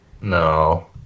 No